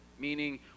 meaning